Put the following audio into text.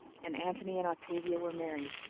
and antony and octavia were married.